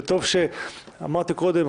אמרת קודם,